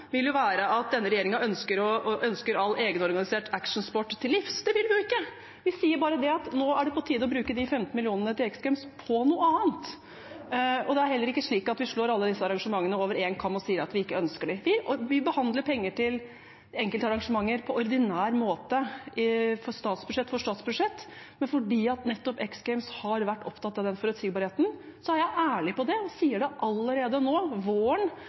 være at denne regjeringen ønsker all egenorganisert actionsport til livs. Det vil vi ikke. Vi sier bare at nå er det på tide å bruke de 15 mill. kr til X Games på noe annet. Det er heller ikke slik at vi skjærer alle disse arrangementene over én kam og sier at vi ikke ønsker dem. Vi behandler penger til enkeltarrangementer på ordinær måte – statsbudsjett for statsbudsjett. Men fordi at nettopp X Games har vært opptatt av forutsigbarhet, er jeg ærlig på det og sier allerede nå, våren